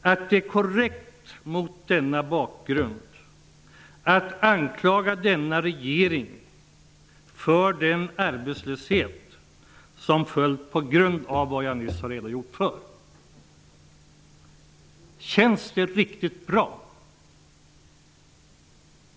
att det är korrekt att mot denna bakgrund anklaga denna regering för den arbetslöshet som följde på grund av det som jag nyss har redogjort för? Känns det riktigt bra?